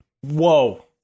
Whoa